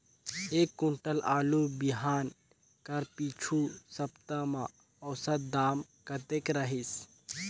एक कुंटल आलू बिहान कर पिछू सप्ता म औसत दाम कतेक रहिस?